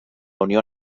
unió